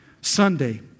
Sunday